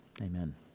amen